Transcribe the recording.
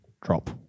Drop